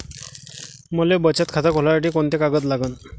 मले बचत खातं खोलासाठी कोंते कागद लागन?